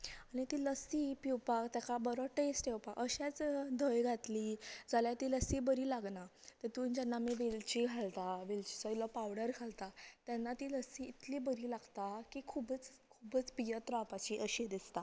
ती लस्सी पिवपाक तेका बरो टेस्ट येवपाक अशेंच जर धंय घातली जाल्यार ती लस्सी बरी लागना तेतूंत जेन्ना आमी वेलची घालता वेलचीचो इल्लो पावडर घालतात तेन्ना तीं लस्सी इतली बरीं लागता की खुबच पियत रावपाची अशी दिसता